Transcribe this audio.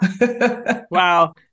Wow